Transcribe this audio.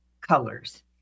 colors